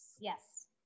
Yes